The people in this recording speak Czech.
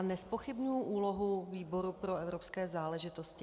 Nezpochybňuji úlohu výboru pro evropské záležitosti.